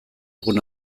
egun